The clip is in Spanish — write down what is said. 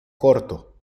corto